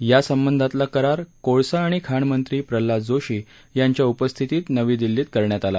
यासंबंधातला करार कोळसा आणि खाण मंत्री प्रल्हाद जोशी यांच्या उपस्थितीत नवी दिल्लीत करण्यात आला